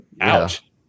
ouch